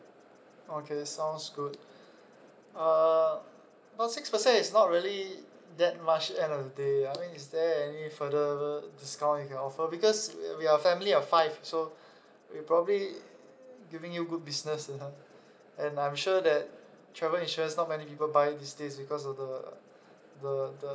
okay sounds good uh no six percent is not really that much end of the day I mean is there any further discount you can offer because we are we are family of five so we probably giving you good business you know and I'm sure that travel insurance not many people buy these days because of the the the